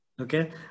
okay